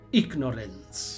ignorance